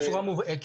בצורה מובהקת.